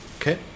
okay